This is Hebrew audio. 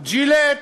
"ג'ילט",